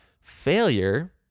failure